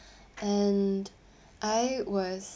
and I was